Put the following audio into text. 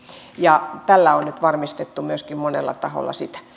ja tällä on nyt varmistettu myöskin monella taholla sitä